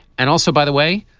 and also, by the way,